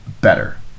better